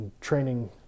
training